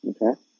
Okay